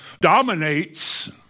dominates